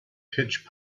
pitch